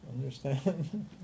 Understand